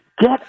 get